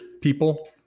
people